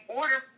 order